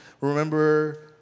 Remember